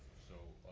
so,